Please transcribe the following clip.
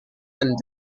and